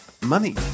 money